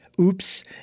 oops